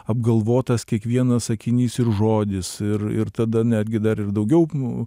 apgalvotas kiekvienas sakinys ir žodis ir ir tada netgi dar ir daugiau nu